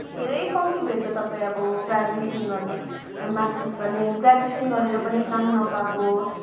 धेरै कम्ती भेट्छ तपाईँ अब ग्रेजुएसन गर्ने अनि मास्टर्स गर्ने ग्रेजुएसन गरेर पनि काम नपाएको